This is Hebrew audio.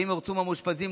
ואם ירצו המאושפזים,